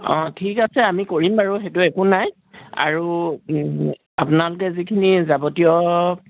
অ ঠিক আছে আমি কৰিম বাৰু সেইটো একো নাই আৰু আপোনালোকে যিখিনি যাৱতীয়